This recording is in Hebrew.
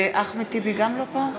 גם אחמד טיבי לא פה?